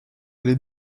les